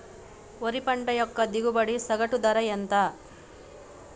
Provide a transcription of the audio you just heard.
వరి పంట యొక్క దిగుబడి సగటు ధర ఎంత?